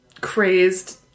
crazed